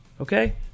okay